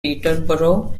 peterborough